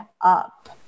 up